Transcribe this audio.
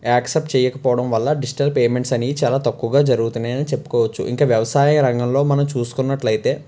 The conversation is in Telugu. యాక్సెప్ట్ చేయకపోవడం వల్ల డిష్టిల్ పేమెంట్స్ అనేవి చాలా తక్కువగా జరుగుతున్నాయని చెప్పుకోవచ్చు ఇంకా వ్యవసాయ రంగంలో మనం చూసుకున్నట్లయితే